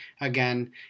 again